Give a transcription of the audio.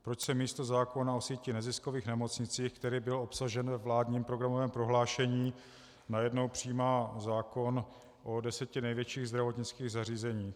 Proč se místo zákona o síti neziskových nemocnic, který byl obsažen ve vládním programovém prohlášení, najednou přijímá zákon o deseti největších zdravotnických zařízeních?